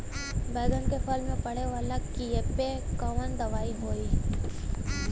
बैगन के फल में पड़े वाला कियेपे कवन दवाई होई?